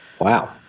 Wow